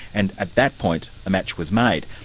and at that point, a match was made.